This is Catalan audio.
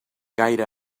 gaire